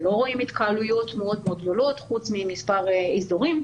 אנחנו לא רואים התקהלויות מאוד-מאוד גדולות חוץ ממספר אזורים,